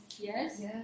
yes